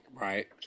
Right